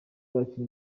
bakina